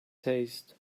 seized